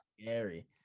scary